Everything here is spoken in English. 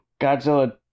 Godzilla